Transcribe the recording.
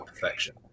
perfection